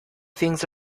things